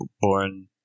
born –